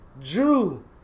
Drew